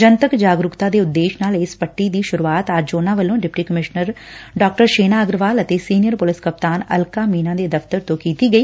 ਜਨਤਕ ਜਾਗਰੁਕਤਾ ਦੇ ਉਦੇਸ਼ ਨਾਲ ਇਸ ਪੱਟੀ ਦੀ ਸ਼ਰੁਆਤ ਅੱਜ ਉਨਾ ਵੱਲੋ ਡਿਪੱਟੀ ਕਮਿਸ਼ਨਰ ਡਾ ਸ਼ੇਨਾ ਅਗਰਵਾਲ ਅਤੇ ਸੀਨੀਅਰ ਪੁਲਿਸ ਕਪਤਾਨ ਅਲਕਾ ਮੀਨਾ ਦੇ ਦਫ਼ਤਰਾਂ ਤੋ ਕੀਤੀ ਗਈ